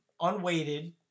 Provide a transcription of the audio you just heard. unweighted